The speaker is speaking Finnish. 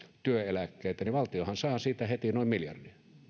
työeläkkeisiin niin valtiohan saa siitä heti noin miljardin